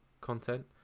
content